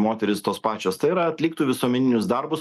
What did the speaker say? moterys tos pačios tai yra atliktų visuomeninius darbus